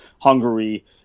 Hungary